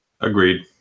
Agreed